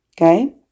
okay